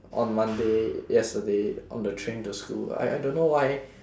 on monday yesterday on the train to school I I don't know why